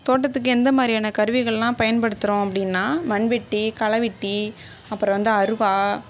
தோட்டத்துக்கு எந்த மாதிரியான கருவிகள்லாம் பயன்படுத்துகிறோம் அப்படினா மண்வெட்டி களைவெட்டி அப்புறோம் வந்து அருவா